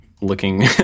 looking